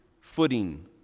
footing